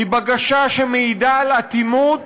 היא בקשה שמעידה על אטימות,